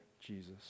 Jesus